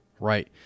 Right